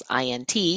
INT